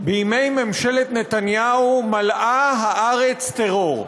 בימי ממשלת נתניהו מלאה הארץ טרור.